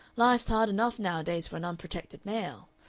life's hard enough nowadays for an unprotected male.